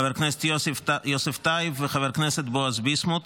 חבר הכנסת יוסף טייב וחבר כנסת בועז ביסמוט,